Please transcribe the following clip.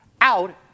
out